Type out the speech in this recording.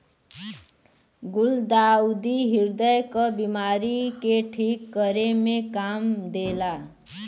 गुलदाउदी ह्रदय क बिमारी के ठीक करे में काम देला